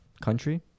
country